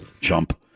chump